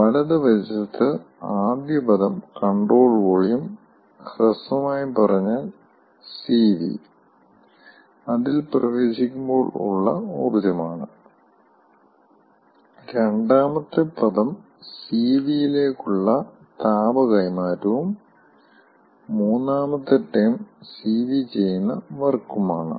വലത് വശത്ത് ആദ്യ പദം കൺട്രോൾ വോളിയം ഹ്രസ്വമായി പറഞാൽ സിവി അതിൽ പ്രവേശിക്കുമ്പോൾ ഉള്ള ഊർജ്ജമാണ് രണ്ടാമത്തെ പദം സിവിയിലേക്കുള്ള താപ കൈമാറ്റവും മൂന്നാം ടേം സിവി ചെയ്യുന്ന വർക്കും ആണ്